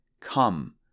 come